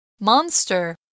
monster